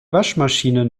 waschmaschine